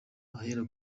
ahera